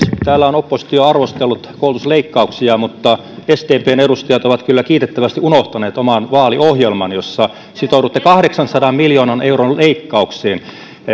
täällä on oppositio arvostellut koulutusleikkauksia mutta sdpn edustajat ovat kyllä kiitettävästi unohtaneet oman vaaliohjelmansa jossa sitoudutte kahdeksansadan miljoonan euron leikkaukseen